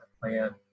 plan